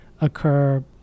occur